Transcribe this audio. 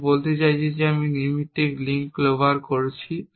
আমি বলতে চাইছি আমি নৈমিত্তিক লিঙ্ক ক্লোবার করছি